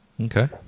Okay